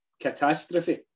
catastrophe